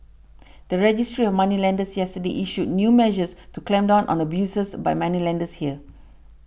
the registry of moneylenders yesterday issued new measures to clamp down on abuses by moneylenders here